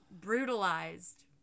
brutalized